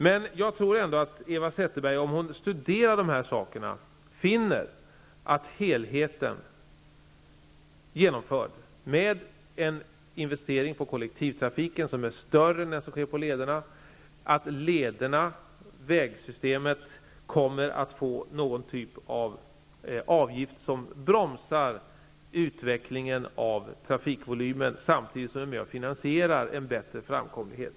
Men om Eva Zetterberg studerar dessa frågar finner hon en helhet med en större investering i kollektivtrafiken än för trafiklederna och att vägsystemet kommer att beläggas med någon avgift för att bromsa utvecklingen av trafikvolymen, vilken samtidigt är med och finansierar en bättre framkomlighet.